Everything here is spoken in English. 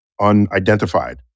unidentified